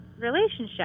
relationship